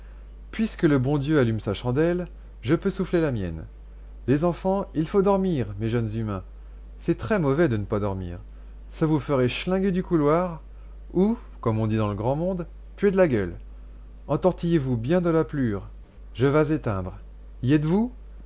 puisque le bon dieu allume sa chandelle je peux souffler la mienne les enfants il faut dormir mes jeunes humains c'est très mauvais de ne pas dormir ça vous ferait schlinguer du couloir ou comme on dit dans le grand monde puer de la gueule entortillez vous bien de la pelure je vas éteindre y êtes-vous